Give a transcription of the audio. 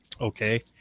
Okay